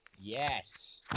Yes